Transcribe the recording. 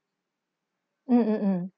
mm mm mm